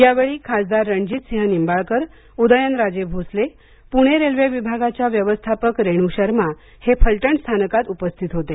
यावेळी खासदार रणजित सिंह निंबाळकर उदयनराजे भोसले पुणे रेल्वे विभागाच्या व्यवस्थापक रेणू शर्मा हे फलटण स्थानकात उपस्थित होते